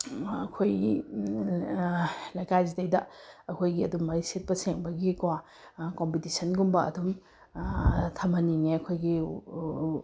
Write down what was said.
ꯑꯩꯈꯣꯏꯒꯤ ꯂꯩꯀꯥꯏꯁꯤꯗꯩꯗ ꯑꯩꯈꯣꯏꯒꯤ ꯑꯗꯨꯕꯒꯤ ꯁꯤꯠꯄ ꯁꯦꯡꯕꯒꯤ ꯀꯣ ꯀꯣꯝꯄꯤꯇꯤꯁꯟꯒꯨꯝꯕ ꯑꯗꯨꯝ ꯊꯝꯍꯟꯅꯤꯡꯉꯦ ꯑꯩꯈꯣꯏꯒꯤ